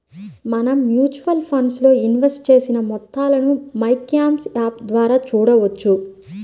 మనం mutual funds లో invest చేసిన మొత్తాలను మైక్యామ్స్ యాప్ ద్వారా చూడవచ్చు